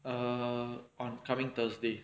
err on coming thursday